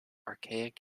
archaic